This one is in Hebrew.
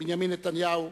בנימין נתניהו,